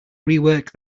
rework